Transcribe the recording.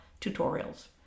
tutorials